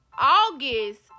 august